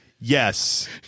yes